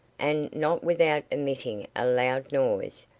and, not without emitting a loud noise,